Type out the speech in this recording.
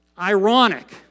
ironic